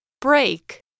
Break